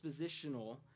expositional